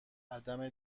عدم